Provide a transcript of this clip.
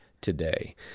today